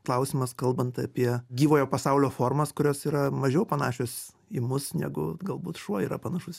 klausimas kalbant apie gyvojo pasaulio formas kurios yra mažiau panašios į mus negu galbūt šuo yra panašus